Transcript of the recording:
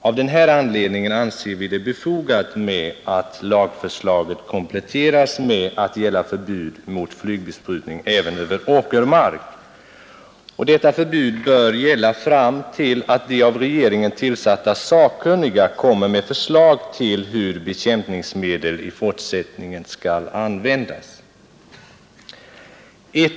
Av den här anledningen anser vi det befogat att lagförslaget kompletteras med förbud mot flygbesprutning även över åkermark. Detta förbud bör gälla fram till dess att de av regeringen tillsatta sakkunniga kommer med förslag om hur bekämpningsmedel i fortsättningen skall användas.